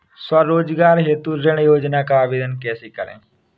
स्वरोजगार हेतु ऋण योजना का आवेदन कैसे करें?